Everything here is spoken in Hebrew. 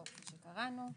שהקראנו.